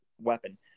weapon